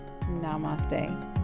Namaste